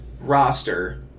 roster